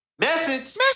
Message